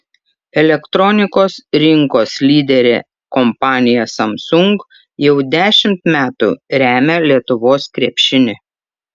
elektronikos rinkos lyderė kompanija samsung jau dešimt metų remia lietuvos krepšinį